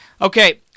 Okay